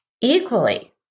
Equally